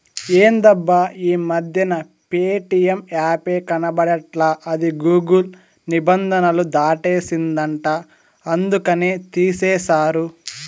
ఎందబ్బా ఈ మధ్యన ప్యేటియం యాపే కనబడట్లా అది గూగుల్ నిబంధనలు దాటేసిందంట అందుకనే తీసేశారు